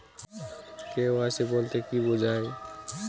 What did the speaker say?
KYC বলতে কি বোঝায়?